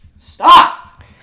Stop